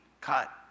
cut